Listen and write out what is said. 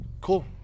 Cool